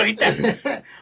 ahorita